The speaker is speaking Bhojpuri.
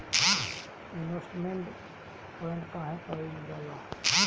इन्वेस्टमेंट बोंड काहे कारल जाला?